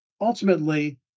ultimately